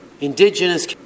Indigenous